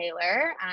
Taylor